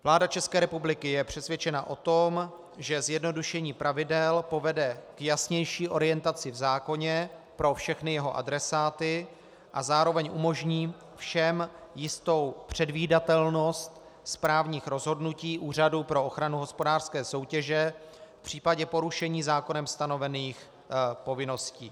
Vláda České republiky je přesvědčena o tom, že zjednodušení pravidel povede k jasnější orientaci v zákoně pro všechny jeho adresáty a zároveň umožní všem jistou předvídatelnost správních rozhodnutí Úřadu pro ochranu hospodářské soutěže v případě porušení zákonem stanovených povinností.